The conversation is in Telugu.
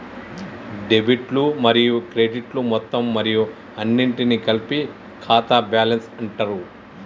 డెబిట్లు మరియు క్రెడిట్లు మొత్తం మరియు అన్నింటినీ కలిపి ఖాతా బ్యాలెన్స్ అంటరు